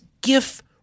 gift